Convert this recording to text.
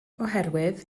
oherwydd